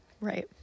Right